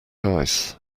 ice